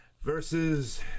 Versus